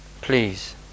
please